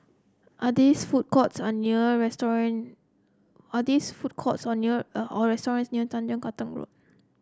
are this food courts or near are this food courts or near or restaurants near Tanjong Katong Road